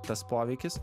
tas poveikis